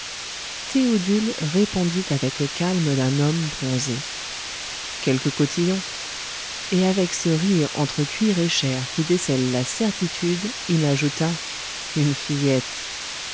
théodule répondit avec le calme d'un homme bronzé quelque cotillon et avec ce rire entre cuir et chair qui décèle la certitude il ajouta une fillette